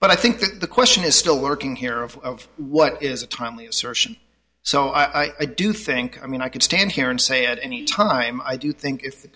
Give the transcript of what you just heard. but i think the question is still working here of what is a timely assertion so i do think i mean i could stand here and say at any time i do think if the